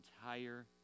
entire